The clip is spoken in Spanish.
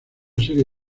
serie